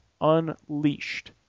Unleashed